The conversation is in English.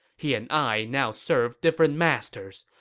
he and i now serve different masters,